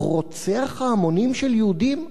רוצח ההמונים של יהודים?